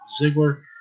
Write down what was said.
Ziggler